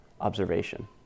observation